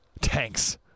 tanks